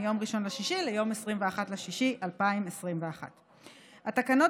מיום 1 ביוני ליום 21 ביוני 2021. התקנות